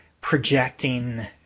projecting